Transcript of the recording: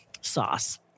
sauce